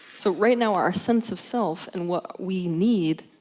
so right now our sense of self and what we need,